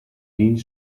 tien